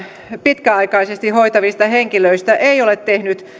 pitkäaikaisesti hoitavista henkilöistä ei ole tehnyt